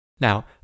Now